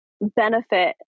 benefit